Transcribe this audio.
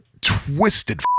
twisted